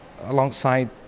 alongside